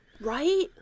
Right